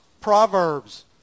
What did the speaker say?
Proverbs